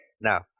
Now